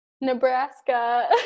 Nebraska